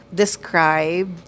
describe